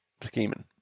Scheming